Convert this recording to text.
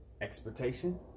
Expectation